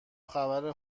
خبر